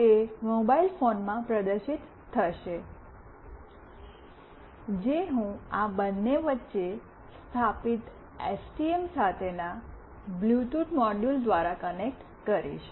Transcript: અને તે મોબાઇલ ફોનમાં પ્રદર્શિત થશે જે હું આ બંને વચ્ચે સ્થાપિત એસટીએમ સાથેના બ્લૂટૂથ મોડ્યુલ દ્વારા કનેક્ટ કરીશ